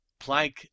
Planck